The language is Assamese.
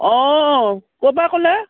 অঁ ক'ৰপৰা ক'লে